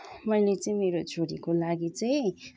मैले चाहिँ मेरो छोरीको लागि चाहिँ